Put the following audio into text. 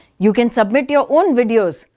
you can submit your own videos,